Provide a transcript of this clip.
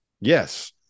Yes